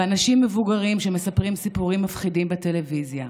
ואנשים מבוגרים שמספרים סיפורים מפחידים בטלוויזיה,